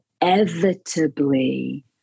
inevitably